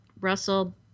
Russell